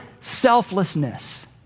selflessness